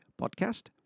podcast